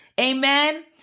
Amen